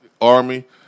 Army